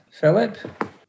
Philip